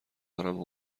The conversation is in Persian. دارم